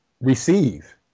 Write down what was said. receive